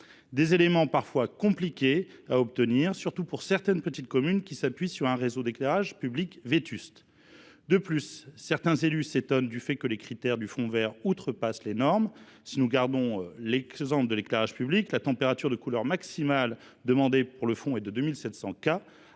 des éléments parfois compliqués à obtenir, surtout pour certaines petites communes qui s’appuient sur un réseau d’éclairage public vétuste. De plus, certains élus s’étonnent du fait que les critères du fonds vert outrepassent les normes. Si nous gardons l’exemple de l’éclairage public, la température de couleur maximale demandée pour le fonds est de 2 700